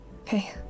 Okay